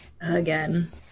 again